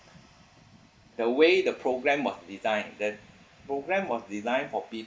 the way the program was designed the program was designed for